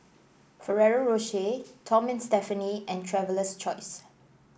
Ferrero Rocher Tom and Stephanie and Traveler's Choice